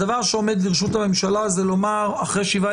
הדבר שעומד לרשות הממשלה זה לומר אחרי שבעה